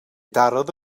darodd